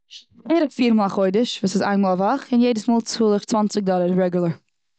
בערך פיר מאל א חודש, וואס איז איין מאל א וואך. און יעדע מאל צאל איך צוואנציג דאלער וואס איז רעגולער.